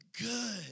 good